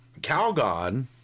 Calgon